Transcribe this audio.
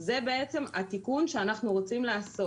זה בעצם התיקון שאנחנו רוצים לעשות.